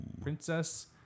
Princess